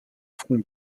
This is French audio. front